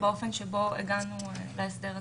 באופן שבו הגענו להסדר הזה.